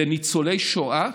זה ניצולי שואה,